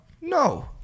No